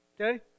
Okay